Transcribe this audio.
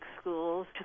schools